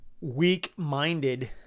weak-minded